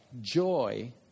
joy